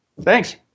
Thanks